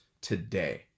today